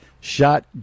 shot